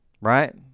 Right